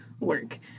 work